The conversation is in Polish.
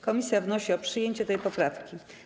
Komisja wnosi o przyjęcie tej poprawki.